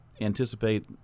anticipate